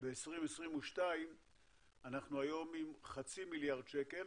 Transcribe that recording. ב-2022 אנחנו היום עם חצי מיליארד שקל